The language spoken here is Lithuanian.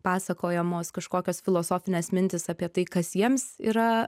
pasakojamos kažkokios filosofinės mintys apie tai kas jiems yra